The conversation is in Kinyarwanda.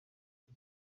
ati